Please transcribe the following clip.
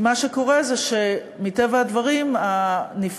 כי מה שקורה זה שמטבע הדברים הנפגע,